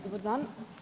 Dobar dan.